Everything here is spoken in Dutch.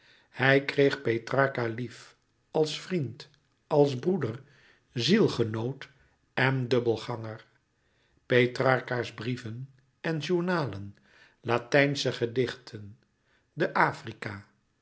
hij kreeg petrarca lief als vriend als broeder zielgenoot en dubbelganger petrarca's brieven en journalen latijnsche gedichten de africa